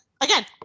again